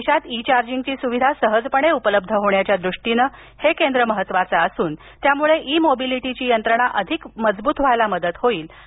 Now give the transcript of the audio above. देशात ई चार्जिंगची सुविधा सहजपणे उपलब्ध होण्याच्या दृष्टीनं हे केंद्र महत्त्वाचं असून त्यामुळे ई मोबिलिटीची यंत्रणा अधिक मजबूत बनण्यास मदत होईल असं ते म्हणाले